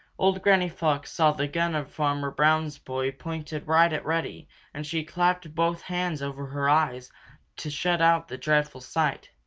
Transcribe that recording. old granny fox saw the gun of farmer brown's boy pointed right at reddy and she clapped both hands over her eyes to shut out the dreadful sight.